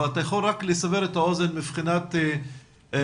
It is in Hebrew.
אבל אם תוכל לסבר את האוזן לגבי התקציבים